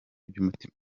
by’umutima